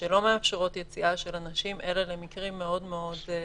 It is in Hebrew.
שלא מאפשרות יציאה של אנשים אלא למקרים מאוד-מאוד מסוימים.